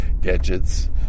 gadgets